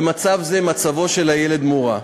במצב זה מצבו של הילד מורע.